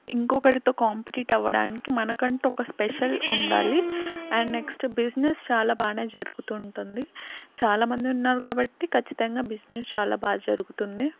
ఇంకొకడితో compete అవ్వడానికి మనకంటూ ఒక స్పెషల్ ఉండాలి అండ్ నెక్స్ట్ బిజినెస్ చాలా బాగానే జరుగుతూ ఉంటుంది చాలామంది ఉన్నారు కాబట్టి ఖచ్చితంగా బిజినెస్ చాలా బాగా జరుగుతుంది